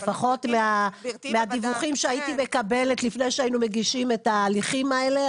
לפחות מהדיווחים שהייתי מקבלת לפני שהיינו מגישים את ההליכים האלה,